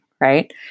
right